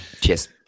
Cheers